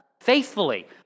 faithfully